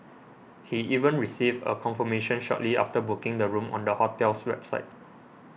he even received a confirmation shortly after booking the room on the hotel's website